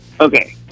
Okay